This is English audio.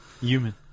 Human